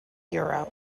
euro